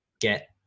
get